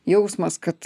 jausmas kad